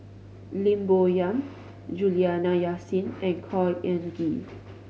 Lim Bo Yam Juliana Yasin and Khor Ean Ghee